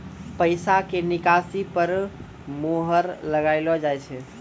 पैसा के निकासी पर मोहर लगाइलो जाय छै